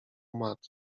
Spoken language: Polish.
matt